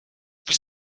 vous